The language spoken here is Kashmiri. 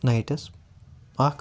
نایٹَس اکھ